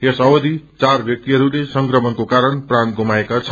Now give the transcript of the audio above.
यस अवधि यचार व्याक्तिहरूले संक्रमणको कारण प्राण गुपाएका छन्